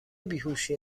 بیهوشی